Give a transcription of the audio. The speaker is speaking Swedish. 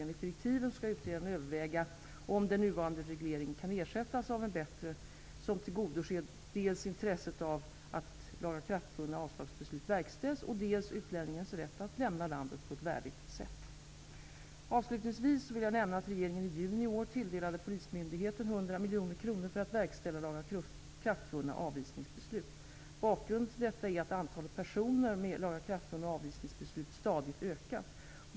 Enligt direktiven skall utredaren överväga om den nuvarande regleringen kan ersättas av en som bättre tillgodoser dels intresset av att lagakraftvunna avslagsbeslut verkställs, dels utlänningens rätt att lämna landet på ett värdigt sätt. Avslutningsvis vill jag nämna att regeringen i juni i år tilldelade polismyndigheterna 100 miljoner kronor för att verkställa lagakraftvunna avvisningsbeslut. Bakgrunden till detta är att antalet personer med lagakraftvunna avvisningsbeslut stadigt ökat.